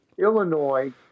Illinois